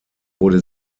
wurde